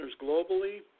globally